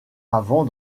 avant